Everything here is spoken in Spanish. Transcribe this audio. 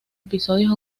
episodios